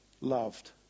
Loved